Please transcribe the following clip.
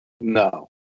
No